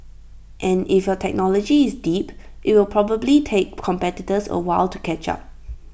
and if your technology is deep IT will probably take competitors A while to catch up